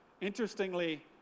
Interestingly